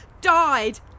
died